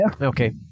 Okay